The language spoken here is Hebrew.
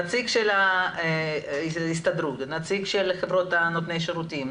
נציג של ההסתדרות ונציג של חברות נותנות השירותים,